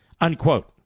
unquote